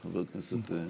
חבר הכנסת מקלב,